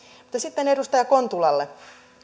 mutta sitten edustaja kontulalle